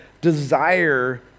desire